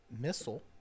missile